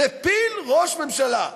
מפיל ראש ממשלה.